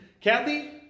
Kathy